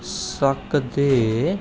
सकदे